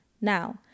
Now